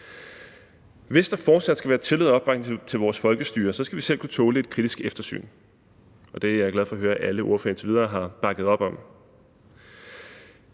Hvis der fortsat skal være tillid og opbakning til vores folkestyre, skal vi selv kunne tåle et kritisk eftersyn, og det er jeg glad for at høre at alle ordførere indtil videre har bakket op om.